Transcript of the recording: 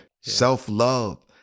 self-love